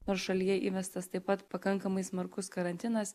nors šalyje įvestas taip pat pakankamai smarkus karantinas